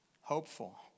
Hopeful